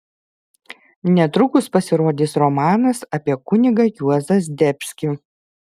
netrukus pasirodys romanas apie kunigą juozą zdebskį